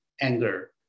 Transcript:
anger